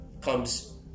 comes